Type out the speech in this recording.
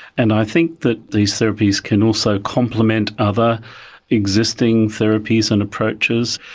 and i think that these therapies can also complement other existing therapies and approaches.